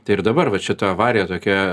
tai ir dabar vat čia ta avarija tokia